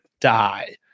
die